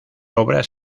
obras